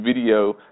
video